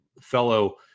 fellow